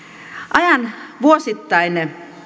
ajan vuosittain